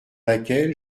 laquelle